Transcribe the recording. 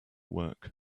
work